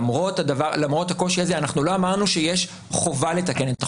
למרות הקושי הזה אנחנו לא אמרנו שיש חובה לתקן את החוק.